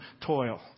toil